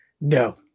No